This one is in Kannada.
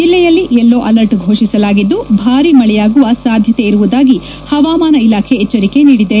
ಜಲ್ಲೆಯಲ್ಲಿ ಯೆಲ್ಲೋ ಅಲರ್ಟ್ ಫೋಷಸಲಾಗಿದ್ದು ಭಾರೀ ಮಳೆಯಾಗುವ ಸಾಧ್ಯತೆ ಇರುವುದಾಗಿ ಹವಾಮಾನ ಇಲಾಖೆ ಎಚ್ಚರಿಕೆ ನೀಡಿದೆ